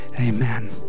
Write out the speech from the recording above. amen